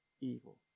evil